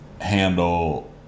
handle